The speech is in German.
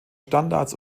standards